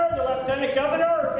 lieutenant governor,